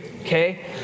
okay